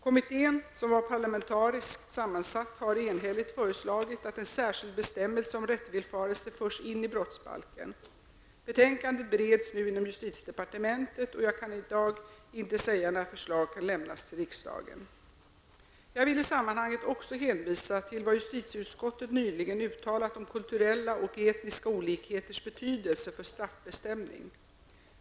Kommittén, som var parlamentariskt sammansatt, har enhälligt föreslagit att en särskild bestämmelse om rättsvillfarelse förs in i brottsbalken. Betänkandet bereds nu inom justitiedepartementet, och jag kan i dag inte säga när förslag kan lämnas till riksdagen. Jag vill i sammanhanget också hänvisa till vad justitieutskottet nyligen uttalat om kulturella och etniska olikheters betydelse för straffbestämning.